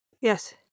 Yes